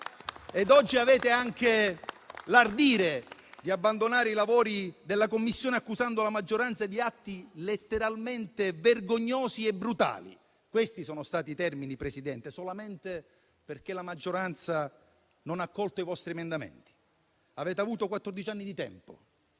oggi avete anche l'ardire di abbandonare i lavori della Commissione, accusando la maggioranza di atti, letteralmente, vergognosi e brutali (questi sono stati i termini, Presidente), solamente perché la maggioranza non ha accolto i vostri emendamenti. Avete avuto quattordici anni di tempo.